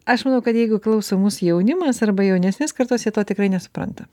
aš manau kad jeigu klauso mūsų jaunimas arba jaunesnės kartos jie to tikrai nesupranta